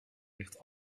ligt